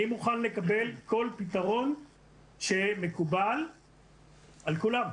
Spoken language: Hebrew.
אני מוכן לקבל כל פתרון שמקובל על כולם.